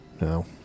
No